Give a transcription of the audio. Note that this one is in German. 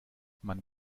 man